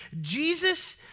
Jesus